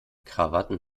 krawatten